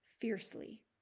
fiercely